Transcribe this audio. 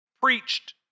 preached